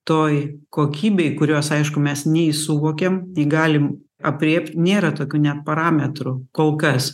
toj kokybėj kurios aišku mes nei suvokiam nei galim aprėpt nėra tokių parametrų kol kas